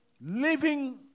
living